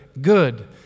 Good